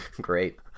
Great